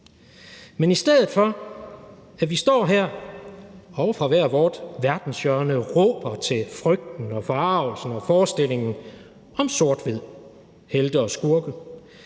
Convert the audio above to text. Men i stedet for at vi står her og fra hvert vort verdenshjørne råber til frygten og forargelsen og forestillingen om sort-hvid, helte og skurke,